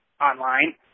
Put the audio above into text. online